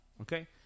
Okay